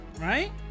Right